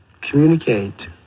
communicate